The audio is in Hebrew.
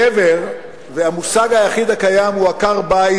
גבר, המושג היחיד הקיים הוא עקר-בית.